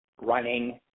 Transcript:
running